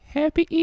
happy